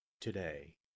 today